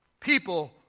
people